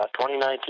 2019